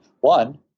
One